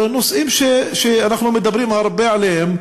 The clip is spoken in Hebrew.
אלה נושאים שאנחנו מדברים הרבה עליהם,